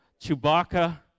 Chewbacca